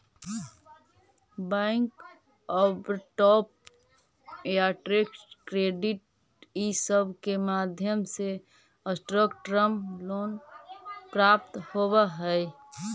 bank overdraft या trade credit इ सब के माध्यम से शॉर्ट टर्म लोन प्राप्त होवऽ हई